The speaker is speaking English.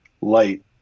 light